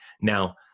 Now